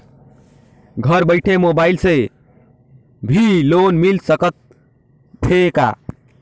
घर बइठे मोबाईल से भी लोन मिल सकथे का?